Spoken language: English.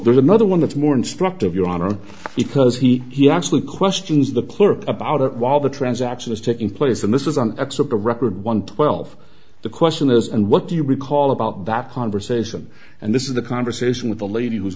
there's another one of more instructive your honor because he he actually questions the clerk about it while the transaction is taking place and this is an excerpt of record one twelve the question is and what do you recall about that conversation and this is the conversation with the lady who